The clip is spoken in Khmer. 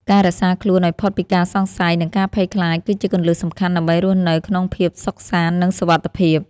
ការរក្សាខ្លួនឱ្យផុតពីការសង្ស័យនិងការភ័យខ្លាចគឺជាគន្លឹះសំខាន់ដើម្បីរស់នៅក្នុងភាពសុខសាន្តនិងសុវត្ថិភាព។